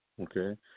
okay